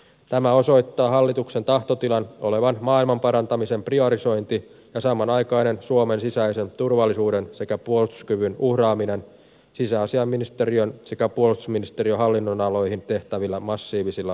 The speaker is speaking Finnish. tämä osoittaa hallituksen tahtotilan olevan maailman parantamisen priorisointi ja samanaikainen suomen sisäisen turvallisuuden sekä puolustuskyvyn uhraaminen sisäasiainministeriön sekä puolustusministeriön hallinnonaloihin tehtävillä massiivisilla leikkauksilla